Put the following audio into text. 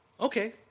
Okay